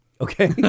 Okay